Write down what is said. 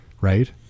Right